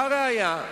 והראיה,